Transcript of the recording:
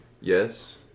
Yes